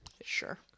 Sure